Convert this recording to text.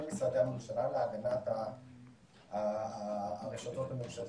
משרדי הממשלה להגנת הרשתות הממשלתיות.